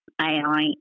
AI